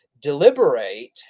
deliberate